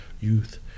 youth